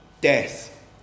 death